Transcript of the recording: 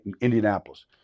Indianapolis